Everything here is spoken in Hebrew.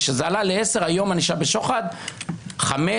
וכשזה עלה ל-10 ענישה בשוחד היום היא 5,